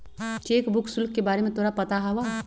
Cheque book शुल्क के बारे में तोरा पता हवा?